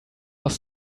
was